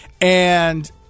and-